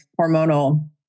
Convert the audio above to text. hormonal